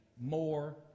more